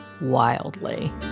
wildly